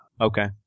Okay